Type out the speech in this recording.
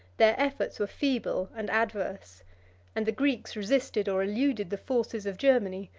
their efforts were feeble and adverse and the greeks resisted or eluded the forces of germany,